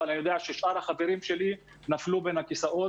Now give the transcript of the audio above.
אבל אני יודע ששאר החברים שלי נפלו בין הכיסאות,